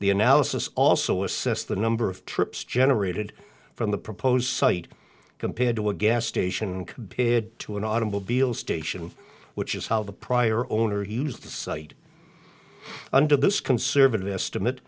the analysis also assessed the number of trips generated from the proposed site compared to a gas station and compared to an automobile station which is how the prior owner he used the site under this conservative estimate